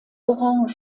orange